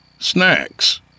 Snacks